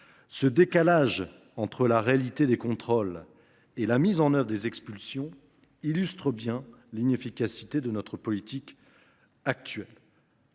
Ce décalage entre réalité des contrôles et mise en œuvre des expulsions illustre bien l’inefficacité de notre politique actuelle.